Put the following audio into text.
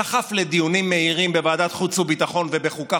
דחף לדיונים מהירים בוועדת חוץ וביטחון ובוועדת חוקה,